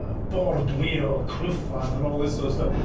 ah bord weel cluff fan and all this so stuff!